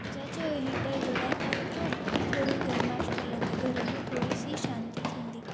त चयो हीटर घुराए था वठूं थोरी गर्माइश मिलंदी घर में थोरी सी शांती थींदी